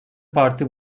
parti